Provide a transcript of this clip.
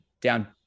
down